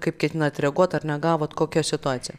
kaip ketinat reaguot ar negavot kokia situacija